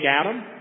Adam